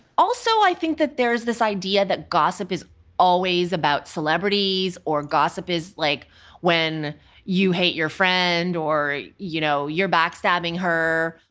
also i think that there is this idea that gossip is always about celebrities, or gossip is like when you hate your friend or you know you're backstabbing her,